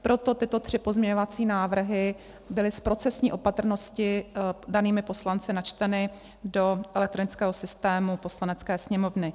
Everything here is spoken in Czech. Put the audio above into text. Proto tyto tři pozměňovací návrhy byly z procesní opatrnosti danými poslanci načteny do elektronického systému Poslanecké sněmovny.